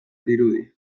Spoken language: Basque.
dirudi